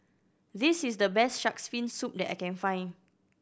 this is the best Shark's Fin Soup that I can find